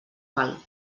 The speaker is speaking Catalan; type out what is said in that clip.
val